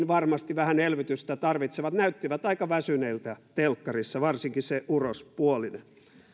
varmasti vähän elvytystä tarvitsevat näyttivät aika väsyneiltä telkkarissa varsinkin se urospuolinen